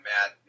Matt